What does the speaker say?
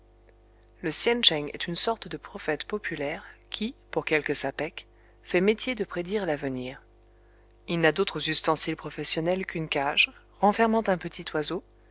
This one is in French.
le sien cheng est une sorte de prophète populaire qui pour quelques sapèques fait métier de prédire l'avenir il n'a d'autres ustensiles professionnels qu'une cage renfermant un petit oiseau